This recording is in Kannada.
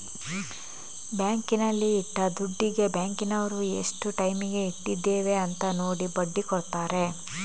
ಬ್ಯಾಂಕಿನಲ್ಲಿ ಇಟ್ಟ ದುಡ್ಡಿಗೆ ಬ್ಯಾಂಕಿನವರು ಎಷ್ಟು ಟೈಮಿಗೆ ಇಟ್ಟಿದ್ದೇವೆ ಅಂತ ನೋಡಿ ಬಡ್ಡಿ ಕೊಡ್ತಾರೆ